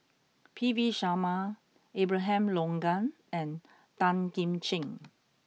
P V Sharma Abraham Logan and Tan Kim Ching